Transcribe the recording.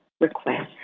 request